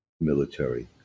military